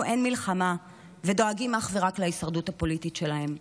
אין מלחמה ודואגים אך ורק להישרדות הפוליטית שלהם.